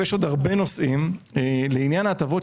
בעניין ההטבות,